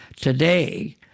today